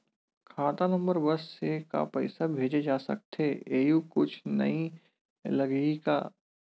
खाता नंबर बस से का पईसा भेजे जा सकथे एयू कुछ नई लगही का?